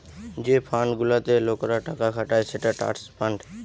যে ফান্ড গুলাতে লোকরা টাকা খাটায় সেটা ট্রাস্ট ফান্ড